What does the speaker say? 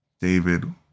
David